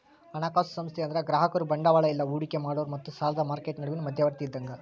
ಹಣಕಾಸು ಸಂಸ್ಥೆ ಅಂದ್ರ ಗ್ರಾಹಕರು ಬಂಡವಾಳ ಇಲ್ಲಾ ಹೂಡಿಕಿ ಮಾಡೋರ್ ಮತ್ತ ಸಾಲದ್ ಮಾರ್ಕೆಟ್ ನಡುವಿನ್ ಮಧ್ಯವರ್ತಿ ಇದ್ದಂಗ